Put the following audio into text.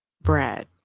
Brad